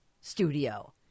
studio